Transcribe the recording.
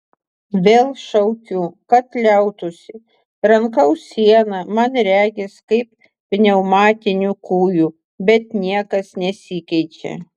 vėl šaukiu kad liautųsi trankau sieną man regis kaip pneumatiniu kūju bet niekas nesikeičia